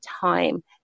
time